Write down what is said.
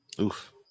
Oof